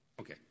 Okay